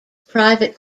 private